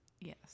Yes